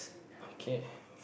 okay